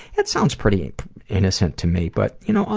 it sounds pretty innocent to me, but, you know,